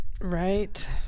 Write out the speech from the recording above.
Right